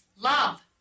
Love